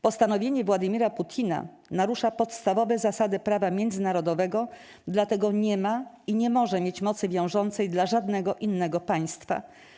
Postanowienie Władimira Putina narusza podstawowe zasady prawa międzynarodowego, dlatego nie ma i nie może mieć mocy wiążącej dla żadnego innego państwa.